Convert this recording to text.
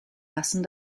lassen